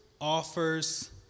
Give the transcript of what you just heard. offers